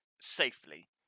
safely